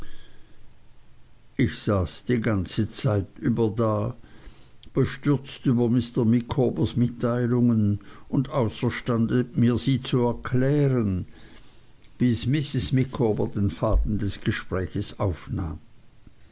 ich saß die ganze zeit über da bestürzt über mr micawbers mitteilungen und außerstande mir sie zu erklären bis mrs micawber den faden des gesprächs aufnahm